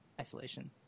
isolation